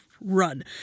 run